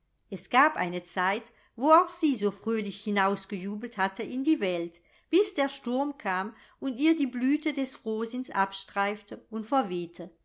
es gab eine zeit wo auch sie so fröhlich hinausgejubelt hatte in die welt bis der sturm kam und ihr die blüte des frohsinns abstreifte und